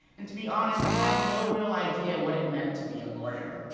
and to be honest, i had no real idea what it meant to be a lawyer.